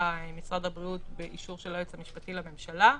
משרד הבריאות באישור של היועץ המשפטי לממשלה.